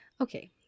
okay